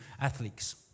athletes